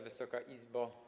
Wysoka Izbo!